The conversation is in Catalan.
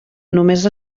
només